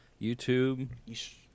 YouTube